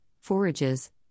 forages